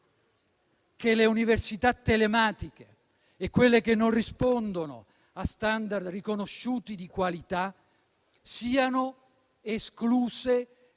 che le università telematiche e quelle che non rispondono a *standard* riconosciuti di qualità siano escluse